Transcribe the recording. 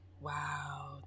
wow